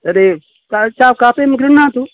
तदेव का च कापेयं गृह्णातु